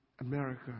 America